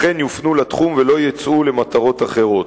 אכן יופנו לתחום ולא יוקצו למטרות אחרות.